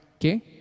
Okay